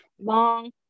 long